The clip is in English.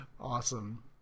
Awesome